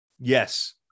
Yes